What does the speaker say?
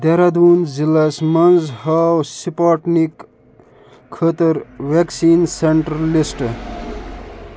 دہرادوٗن ضِلعس منٛز ہاو سٕپاٹنِک خٲطٕر وٮ۪کسیٖن سٮ۪نٛٹَر لِسٹ